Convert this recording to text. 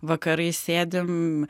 vakarais sėdim